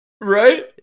Right